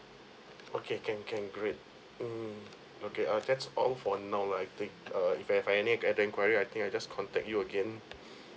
okay can can great mm okay uh that's all for now lah I think uh if I have any other enquiry I think I just contact you again